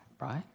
right